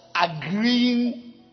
agreeing